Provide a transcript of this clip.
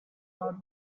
world